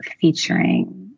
featuring